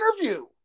interview